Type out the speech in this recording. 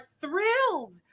thrilled